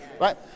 right